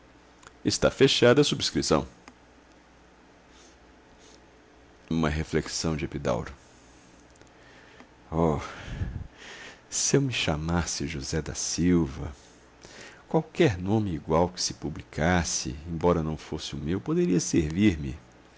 está fechada a subscrição uma reflexão de epidauro oh se eu me chamasse josé da silva qualquer nome igual que se publicasse embora não fosse o meu poderia servir-me